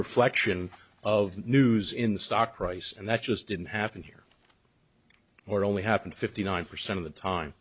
reflection of news in the stock price and that just didn't happen here or only happened fifty nine percent of the time